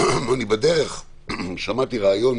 בדרך שמעתי ראיון